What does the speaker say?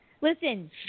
Listen